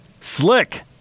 Slick